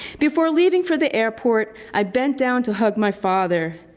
before leaving for the airport, i bent down to hug my father.